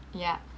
yup